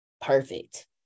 perfect